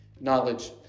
knowledge